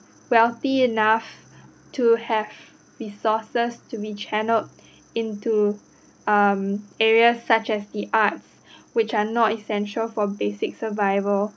wealthy enough to have resources to be channeled into um areas such as the arts which are not essential for basic survival